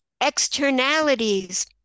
externalities